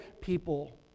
people